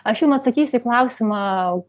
aš jum atsakysiu į klausimą